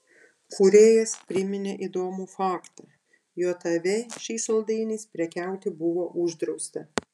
kūrėjas priminė įdomų faktą jav šiais saldainiais prekiauti buvo uždrausta